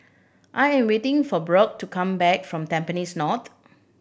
I'm waiting for Brock to come back from Tampines North